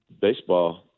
baseball –